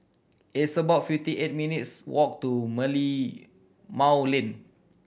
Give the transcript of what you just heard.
it's about fifty eight minutes' walk to Merlimau Lane